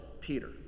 Peter